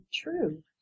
true